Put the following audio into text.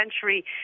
century